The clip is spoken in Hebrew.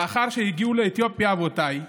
לאחר שהגיעו אבותיי לאתיופיה,